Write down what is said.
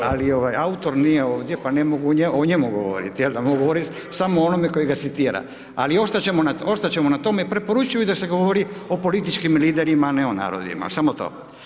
Ali ovaj autor nije ovdje pa ne mogu o njemu govoriti, jel' da, mogu govoriti samo o onome koji ga citira ali ostat ćemo na tome, preporučujem da se govori o političkim liderima a ne o narodima, samo to.